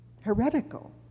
heretical